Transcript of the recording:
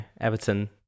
Everton